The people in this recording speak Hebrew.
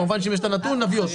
כמובן שאם יש את הנתון, נביא אותו.